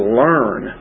learn